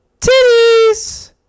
titties